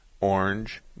orange